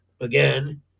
again